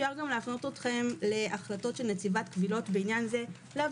אפשר להפנות אתכם להחלטת נציבת קבילות בעניין זה לאו